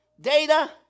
data